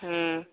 ହୁଁ